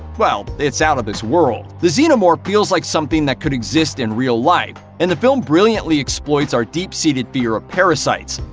well, it's out of this world. the xenomorph feels like something that could exist in real life, and the film brilliantly exploits our deep-seated fear of parasites.